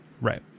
Right